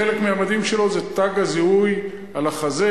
חלק מהמדים שלו זה תג הזיהוי על החזה.